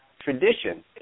tradition